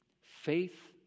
Faith